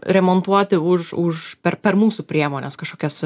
remontuoti už už per per mūsų priemones kažkokias